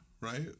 right